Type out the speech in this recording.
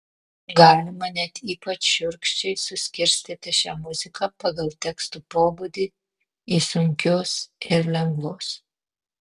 galima net ypač šiurkščiai suskirstyti šią muziką pagal tekstų pobūdį į sunkius ir lengvus